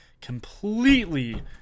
completely